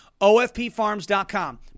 OFPFarms.com